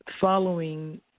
following